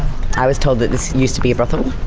i was told this this used to be a brothel.